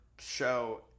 show